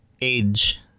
age